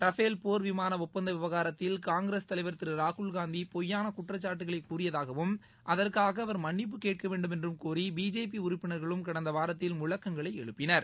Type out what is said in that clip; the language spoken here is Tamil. ரஃபேல் போர் விமான ஒப்பந்த விவகாரத்தில் காங்கிரஸ் தலைவர் திரு ராகுல்காந்தி பொய்யான குற்றச்சாட்டுகளை கூறியதாகவும் அதற்காக அவர் மன்னிப்புக் கேட்கவேண்டும் என்றம் கோரி பிஜேபி உறுப்பினர்களும் கடந்த வாரத்தில் முழக்கங்களை எழுப்பினர்